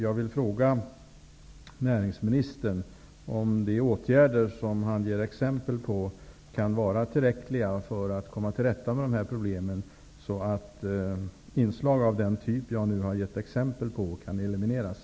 Jag vill fråga näringsministern om de åtgärder som han ger exempel på kan vara tillräckliga för att komma till rätta med dessa problem, så att inslag av den typ som jag nu har givit exempel på kan elimineras.